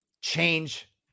change